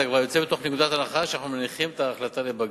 אתה כבר יוצא מתוך נקודת הנחה שאנחנו מניחים את ההחלטה לבג"ץ.